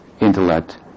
intellect